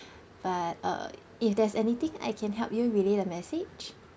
but uh if there's anything I can help you relay the message